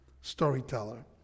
storyteller